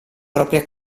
propria